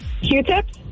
Q-tips